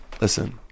Listen